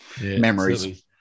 Memories